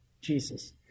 Jesus